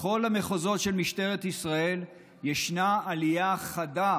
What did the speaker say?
בכל המחוזות של משטרת ישראל ישנה עלייה חדה